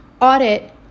audit